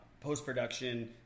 post-production